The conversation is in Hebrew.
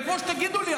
זה כמו שתגידו לי: